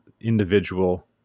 individual